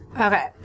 Okay